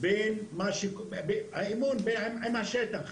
עם השטח.